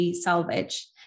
salvage